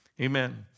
Amen